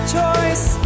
choice